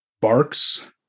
barks